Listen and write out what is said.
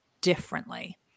differently